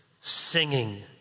singing